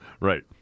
right